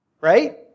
Right